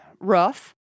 rough